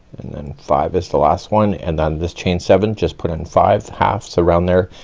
and then five is the last one, and then this chain seven, just put in five halfs around there,